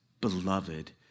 beloved